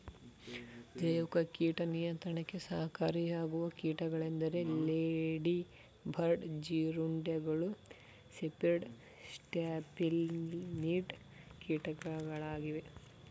ಜೈವಿಕ ಕೀಟ ನಿಯಂತ್ರಣಕ್ಕೆ ಸಹಕಾರಿಯಾಗುವ ಕೀಟಗಳೆಂದರೆ ಲೇಡಿ ಬರ್ಡ್ ಜೀರುಂಡೆಗಳು, ಸಿರ್ಪಿಡ್, ಸ್ಟ್ಯಾಫಿಲಿನಿಡ್ ಕೀಟಗಳಾಗಿವೆ